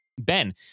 Ben